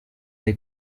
dei